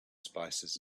spices